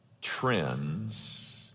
trends